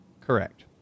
Correct